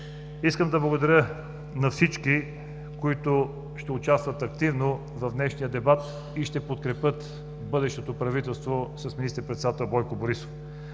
Искам да благодаря на всички, които ще участват активно в днешния дебат и ще подкрепят бъдещото правителство с министър-председател Бойко Борисов.